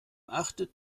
achtet